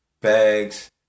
bags